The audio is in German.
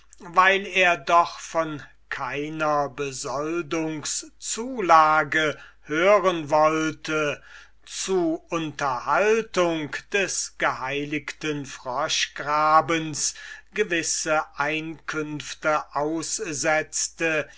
weil er doch von keiner besoldungszulage hören wollte zu unterhaltung des geheiligten froschgrabens gewisse einkünfte aussetzte